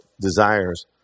desires